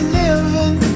living